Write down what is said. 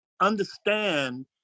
understand